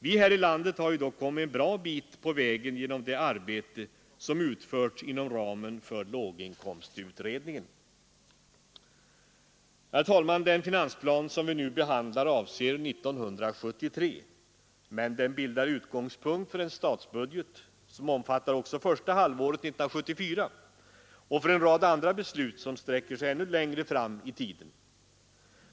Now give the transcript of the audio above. Vi här i landet har ju dock kommit en bra bit på vägen genom det arbete som utförts inom ramen för låginkomstutredningen. Herr talman! Den finansplan som vi nu behandlar avser 1973, men den bildar utgångspunkt för en statsbudget som omfattar också första halvåret 1974 och för en rad andra beslut vilka sträcker sig ännu längre fram i tiden.